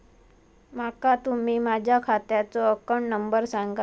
माका तुम्ही माझ्या खात्याचो अकाउंट नंबर सांगा?